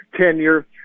tenure